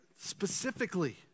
specifically